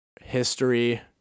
history